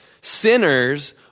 sinners